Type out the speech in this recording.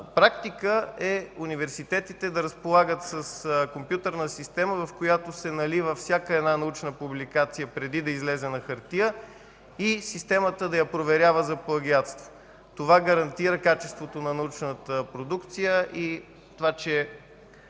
практика е университетите да разполагат с компютърна система, в която се налива всяка една научна публикация преди да излезе на хартия и системата да я проверява за плагиатство. Това гарантира качеството на научната продукция и това че